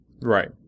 Right